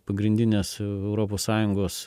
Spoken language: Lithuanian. pagrindinės europos sąjungos